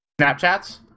Snapchats